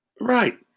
Right